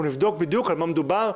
אנחנו נבדוק בדיוק על מה מדובר,